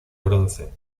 bronce